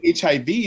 HIV